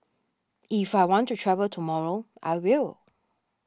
if I want to travel tomorrow I will